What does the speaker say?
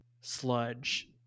sludge